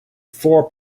four